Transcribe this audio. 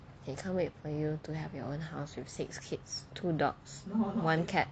I can't wait for you to have your own house with six kids two dogs one cat